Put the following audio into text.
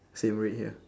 same red here